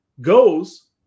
goes